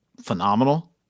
phenomenal